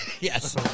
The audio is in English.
Yes